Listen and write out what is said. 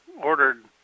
ordered